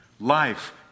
Life